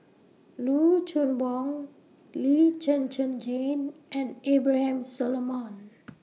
Loo Choon Yong Lee Zhen Zhen Jane and Abraham Solomon